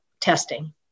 testing